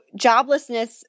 joblessness